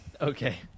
okay